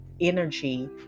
energy